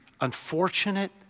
unfortunate